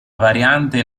variante